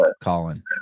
Colin